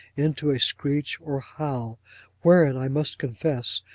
into a screech or howl wherein, i must confess,